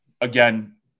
again